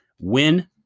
win